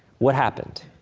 what happened?